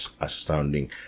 astounding